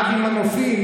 "אבי מנופים".